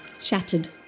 Shattered